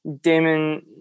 Damon